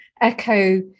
echo